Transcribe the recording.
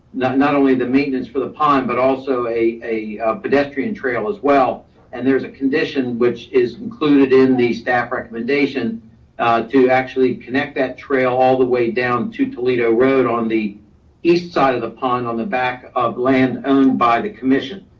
not not only the maintenance for the pond, but also a a pedestrian trail as well. and there's a condition which is included in the staff recommendation to actually connect that trail all the way down to toledo road on the east side of the pond on the back of land owned by the commission.